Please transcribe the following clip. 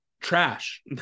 trash